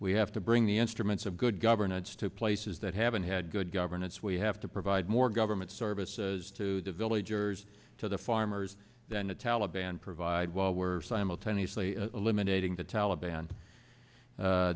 we have to bring the instruments of good governance to places that haven't had good governance we have to provide more government services to the villagers to the farmers than the taliban provide while we're simultaneously eliminating the taliban